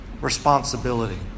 responsibility